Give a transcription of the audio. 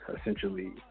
essentially